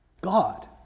God